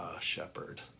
shepherd